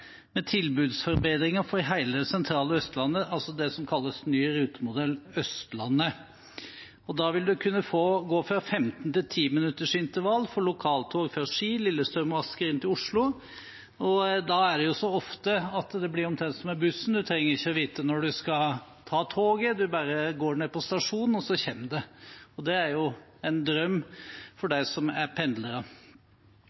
med tilbudsforbedringer for hele det sentrale Østlandet, altså det som kalles Ny rutemodell Østlandet. Da vil man kunne gå fra 15-minutters til 10-minutters intervall for lokaltog fra Ski, Lillestrøm og Asker inn til Oslo. Det er så ofte at det blir omtrent som med bussen: Man trenger ikke vite når man skal ta toget, man bare går ned på stasjonen, og så kommer det. Det er jo en drøm for